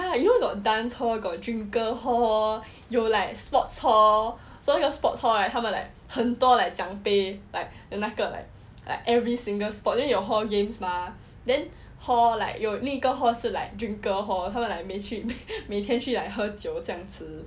ya you know like got dance hall got drinker hall got like sports hall 所有的 sports hall 他们 like 很多 like 奖杯 like 有那个 like every single sport then 有 hall games mah then hall 有 like 另一个 hall 是 like drinker hall 他们 like 每次去每天去 like 喝酒这样子